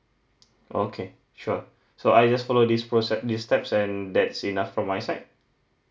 okay sure so I just follow this process these steps and that's enough from my side